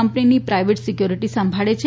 company private security સંભાળે છે